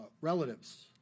relatives